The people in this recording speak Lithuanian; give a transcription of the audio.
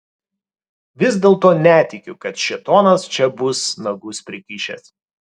vis dėlto netikiu kad šėtonas čia bus nagus prikišęs